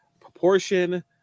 proportion